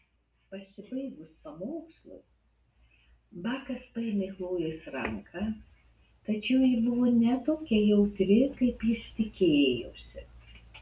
pasibaigus pamokslui bakas paėmė chlojės ranką tačiau ji buvo ne tokia jautri kaip jis tikėjosi